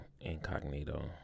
incognito